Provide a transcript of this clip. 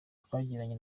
twagiranye